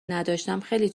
نداشتم، خیلی